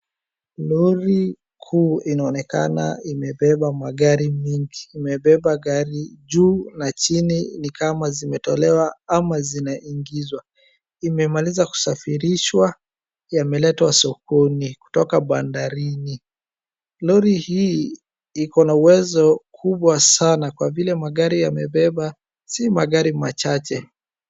Lori kuu inaonekana imebeba magari mengi. Imebeba gari, juu na chini ni kama zimetolewa ama zinaingizwa. Imemaliza kusafirishwa, yameletwa sokoni kutoka bandarini. Lori hii iko na uwezo mkubwa sana kwa vile magari yamebeba si magari machache.